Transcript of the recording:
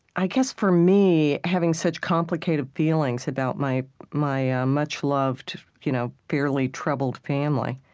i guess, for me, having such complicated feelings about my my ah much-loved, you know fairly troubled family,